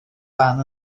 fan